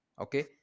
okay